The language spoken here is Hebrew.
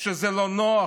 שזה לא נוח,